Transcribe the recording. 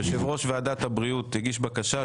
יושב-ראש ועדת הבריאות הגיש בקשה,